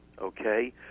okay